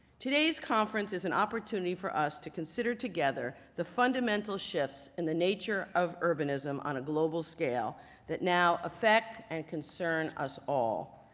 today's conference is an opportunity for us to consider together the fundamental shifts in the nature of urbanism on a global scale that now affect and concern us all.